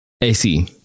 AC